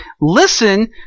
listen